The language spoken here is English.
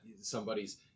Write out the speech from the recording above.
somebody's